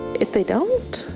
if they don't,